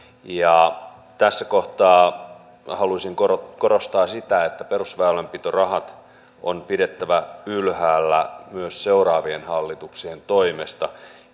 tässä kohtaa haluaisin korostaa korostaa sitä että perusväylänpitorahat on pidettävä ylhäällä myös seuraavien hallituksien toimesta